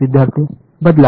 विद्यार्थीः बदला